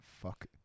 fuck